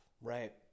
Right